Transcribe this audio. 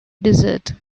desert